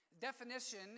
definition